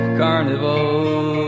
carnival